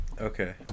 okay